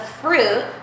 fruit